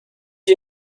you